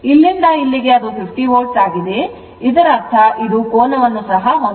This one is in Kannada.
ಇಲ್ಲಿಂದ ಇಲ್ಲಿಗೆ ಅದು 50 volt ಆಗಿದೆ ಇದರರ್ಥಅದು ಕೋನವನ್ನು ಸಹ ಹೊಂದಿದೆ